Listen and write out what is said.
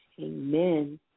Amen